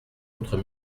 autres